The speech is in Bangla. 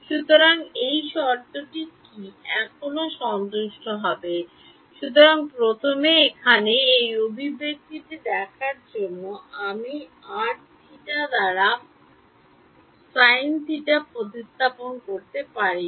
সুতরাং এই শর্তটি কি এখনও সন্তুষ্ট হবে সুতরাং প্রথমে এখানে এই অভিব্যক্তিটি দেখার জন্য আমি আর থেইটা দ্বারা পাপ থেটাকে প্রতিস্থাপন করতে পারি না